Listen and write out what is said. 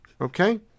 Okay